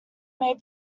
play